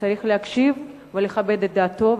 צריך להקשיב ולכבד את דעתו,